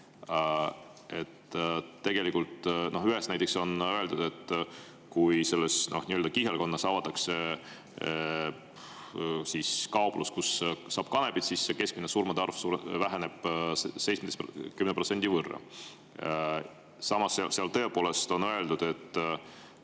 vastupidine. Ühes näiteks on öeldud, et kui selles nii-öelda kihelkonnas avatakse kauplus, kust saab kanepit, siis keskmine surmade arv väheneb 17% võrra. Samas seal tõepoolest on öeldud, et